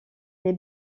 les